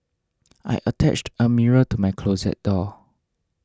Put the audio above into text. I attached a mirror to my closet door